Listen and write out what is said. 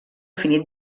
finit